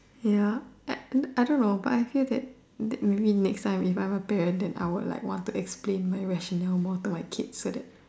ya I don't know but I feel that that maybe next time if I'm a parent then I will like want to explain my rationale more to my kids so that